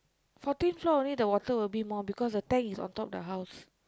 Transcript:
fourteen floor only the water will be more because the tank is on top the house